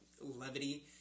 levity